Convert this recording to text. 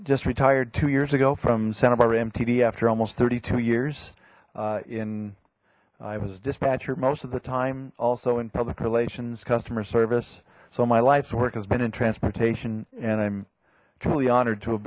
just retired two years ago from santa barbara mtd after almost thirty two years in i was dispatcher most of the time also in public relations customer service so my life's work has been in transportation and i'm truly honored to have